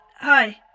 hi